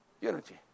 Unity